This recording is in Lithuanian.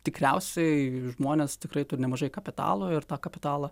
tikriausiai žmonės tikrai turi nemažai kapitalo ir kapitalo